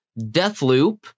Deathloop